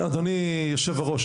אדוני יושב הראש,